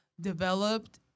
developed